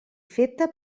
feta